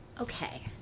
Okay